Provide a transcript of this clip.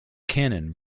cannon